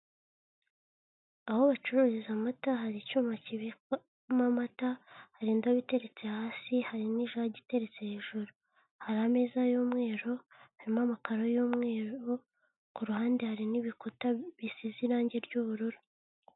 Aho bacururiza amata hari icyuma kimo amata, hari n'indobo iteretse hasi, hari ijage iteretse hejuru, hari ameza y'umweru harimo amakararo y'umweru ku ruhande hari n'ibikuta bisize irangi ry'ubururu.